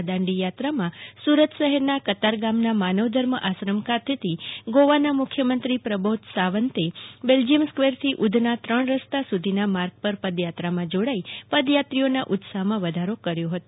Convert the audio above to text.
આ દાંડીયાત્રામાં સુરત શહેરના કતારગામના માનવધર્મ આશ્રમ ખાતેથી ગોવાના મુખ્યમંત્રી પ્રમોદ સાવંતે બેલ્જિયમ સ્કવેરથી ઉધના ત્રણ રસ્તા સુધીના માર્ગ ઉપર પદયાત્રામાં જોડાઈ પદયાત્રીઓના ઉત્સાહમાં વધારો કર્યો હતો